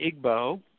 Igbo